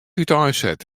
úteinset